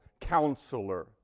counselor